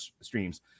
streams